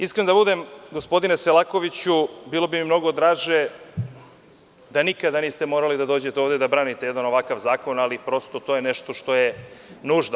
Iskren da budem, gospodine Selakoviću, bilo bi mi mnogo draže da nikada niste morali da dođete ovde da branite jedan ovakav zakon, ali prosto to je nešto što je nužno.